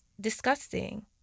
disgusting